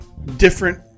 different